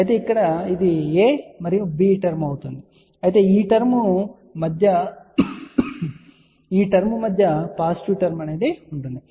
అయితే ఇక్కడ ఇది a మరియు b టర్మ్ అవుతుంది అయితే ఈ టర్మ్ మధ్య పాజిటివ్ టర్మ్ ఉంటుంది